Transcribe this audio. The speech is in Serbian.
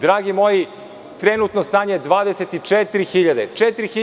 Dragi moji, trenutno stanje je 24.000.